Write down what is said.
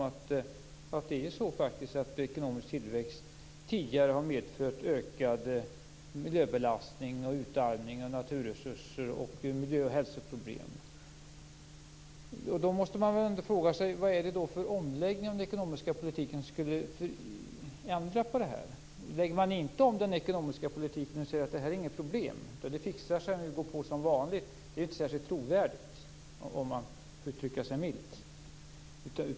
Det är faktiskt så att ekonomisk tillväxt tidigare har medfört ökad miljöbelastning, utarmning av naturresurser och miljö och hälsoproblem. Då måste man väl ändå fråga sig vad det är för omläggning av den ekonomiska politiken som skulle kunna ändra på detta. Att inte lägga om den ekonomiska politiken, att säga att detta inte är något problem och att det fixar sig om man går på som vanligt är inte särskilt trovärdigt, för att uttrycka sig milt.